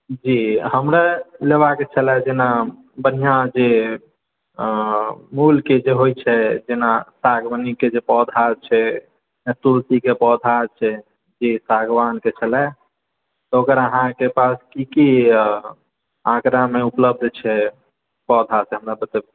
जी हमरा लेबाक छलै जेना बढ़िऑं जे मूलके जे होइ छै जेना साग्बनी के जे पौधा छै तुलसी के जे पौधा छै ई सागवान के छलै ओकर अहाॅंके पास की की यऽ आंकड़ा मे उपलब्ध छै पौधा से हमरा बतबियौ